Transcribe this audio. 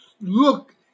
look